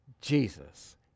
Jesus